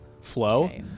flow